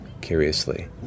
curiously